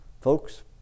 folks